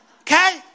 okay